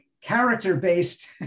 Character-based